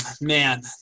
man